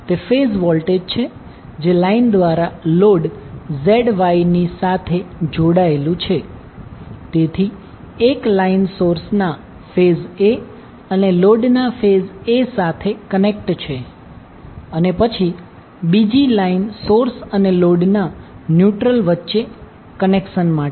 તે phase voltage છે જે લાઇન દ્વારા લોડ ZY ની સાથે જોડાયેલું છે તેથી એક લાઇન સોર્સના ફેઝ A અને લોડના ફેઝ A સાથે કનેક્ટ છે અને પછી બીજી લાઈન સોર્સ અને લોડના ન્યુટ્રલ વચ્ચે કનેક્શન માટે છે